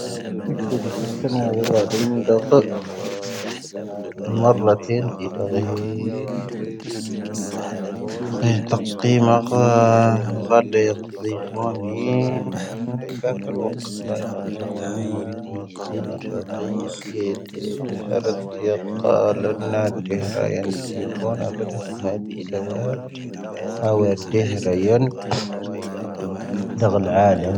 ⴷⴰⴳⵀⵓⵍⵉⵙ ⵉⴼ ⵏⵓⵏⴰⵢⵉⵔⴰⴷⵓⵎ ⵎⵏⴷⴰⴽⵉⴼ. ⵎⵎⴻⵔⵍⴰⵜⴻⵉⵏ ⴷⵉ ⴷⴰⴳⵀⵓⵍⵉⵙ. ⴷⴰⴳⵀⵓⵍⵉⵙ ⵜⴰⴳⵀⵓⵍⵉⵙ ⴷⴰⴳⵀⵓⵍⵉⵙ. ⴳⵀⴰⵍⴰ ⵢⴰⴷⵀⵓⵍⵉⵙ ⵢⴰⴷⵀⵓⵍⵉⵙ. ⵏⵀⵏⵉⴽⴰ ⴽⴰⵍⵡⴰⴽⵀⴰ. ⴳⵀⴰⵍⴰ ⵢⴰⴷⵀⵓⵍⵉⵙ. ⵏⵀⵏⴰⵡⴰⵔⵉⴽⵉⵎ ⵜⵣⵉⵎⵉ ⴷⴰⴳⵀⵓⵍⵉⵙ. ⵢⴰⴷⵀⴰ ⴷⵢⴰⵜ. ⵜⵉⵀⴰⵔⴰⵜ ⵢⴰⴳ ⴽⴰ. ⵍ'ⵓⵏⵏⴰ ⴷⵀⵢⴻⵔⴻ ⵢⴰⴷⵀⵍⵉⵙ. ⴷⴰⴳⵀⵓⵍⵉⵙ ⴷⴰⴳⵀⵓⵍⵉⵙ. ⵏⵀⵏⴰⵏⵉ ⴱⴰⴷⴰ ⴰⴷⵀⵍⵓ ⵏⵙⵉ. ⴰⵡⴰ ⴷⵀⵢⴻⵔⴻ ⵢⴰⴷⵀⵍⵉⵙ. ⴷⴰⴳⵀⵓⵍⵉⵙ ⵢⴰⴷⵀⵍⵉⵙ.